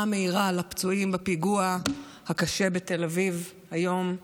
מהירה לפצועים בפיגוע הקשה בתל אביב היום.